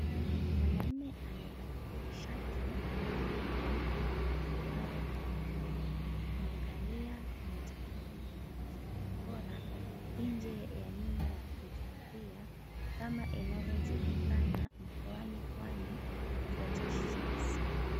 Mwanaume amevalia shati nyeupe na suruali nyeusi amekalia motafora nje ya nyumba ya kihistoria kama inavyojulikana mkoani pwani Fort Jesus.